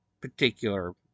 particular